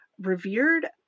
revered